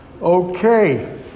Okay